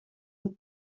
het